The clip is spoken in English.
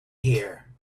here